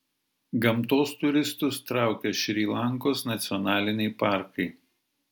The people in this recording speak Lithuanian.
gamtos turistus traukia šri lankos nacionaliniai parkai